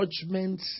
judgment